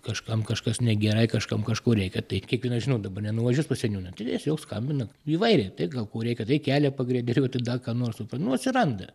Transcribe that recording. kažkam kažkas negerai kažkam kažko reikia taip kiekvienas žinot dabar nenuvažiuos pas seniūną tai jis jau skambina įvairiai tai gal ko reikia tai kelią pagreideriuot tai da ką nors sup nu atsiranda